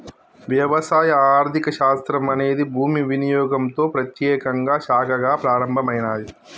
వ్యవసాయ ఆర్థిక శాస్త్రం అనేది భూమి వినియోగంతో ప్రత్యేకంగా శాఖగా ప్రారంభమైనాది